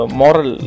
moral